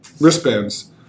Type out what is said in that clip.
wristbands